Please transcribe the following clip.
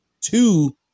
Two